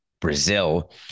Brazil